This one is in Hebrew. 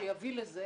שיביא לכך